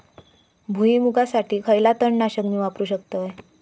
भुईमुगासाठी खयला तण नाशक मी वापरू शकतय?